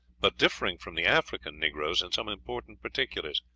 but differing from the african negroes in some important particulars.